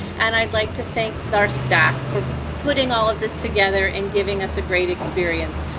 and i'd like to thank our staff for putting all of this together and giving us a great experience.